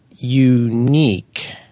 unique –